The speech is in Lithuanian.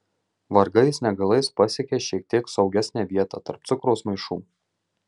vargais negalais pasiekia šiek tiek saugesnę vietą tarp cukraus maišų